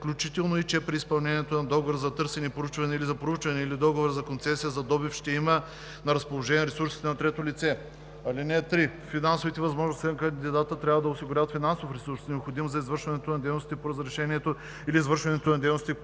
включително че при изпълнението на договора за търсене и проучване или за проучване, или договора за концесия за добив ще има на разположение ресурсите на третото лице. (3) Финансовите възможности на кандидата трябва да осигуряват финансов ресурс, необходим за извършването на дейностите по разрешението или извършването на дейностите по